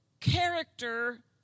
character